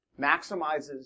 maximizes